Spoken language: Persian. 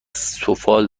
سفال